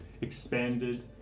expanded